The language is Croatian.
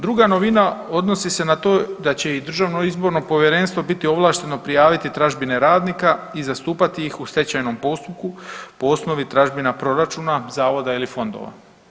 Druga novina odnosi se na to da će i Državno izborno povjerenstvo biti ovlašteno prijaviti tražbine radnika i zastupati ih u stečajnom postupku po osnovi tražbina proračuna, zavoda ili fondova.